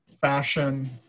fashion